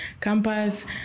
campus